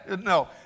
No